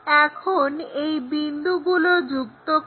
এখন এই বিন্দুগুলোকে যুক্ত করো